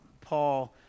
Paul